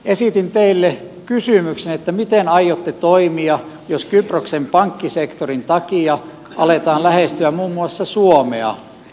esitin teille kysymyksen miten aiotte toimia jos kyproksen pankkisektorin takia aletaan lähestyä muun muassa suomea